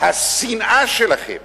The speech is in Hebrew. השנאה שלכם